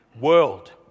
world